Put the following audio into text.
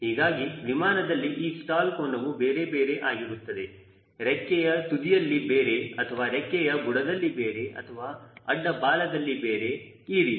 ಹೀಗಾಗಿ ವಿಮಾನದಲ್ಲಿ ಈ ಸ್ಟಾಲ್ ಕೋನವು ಬೇರೆ ಬೇರೆ ಆಗಿರುತ್ತದೆ ರೆಕ್ಕಿಯ ತುದಿಯಲ್ಲಿ ಬೇರೆ ಅಥವಾ ರೆಕ್ಕೆಯ ಬುಡದಲ್ಲಿ ಬೇರೆ ಅಥವಾ ಅಡ್ಡ ಬಾಲದಲ್ಲಿ ಬೇರೆ ಈ ರೀತಿ